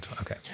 Okay